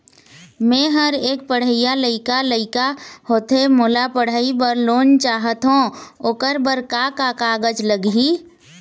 मेहर एक पढ़इया लइका लइका होथे मोला पढ़ई बर लोन चाहथों ओकर बर का का कागज लगही?